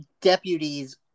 deputies